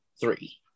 Three